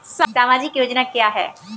सामाजिक योजना क्या है?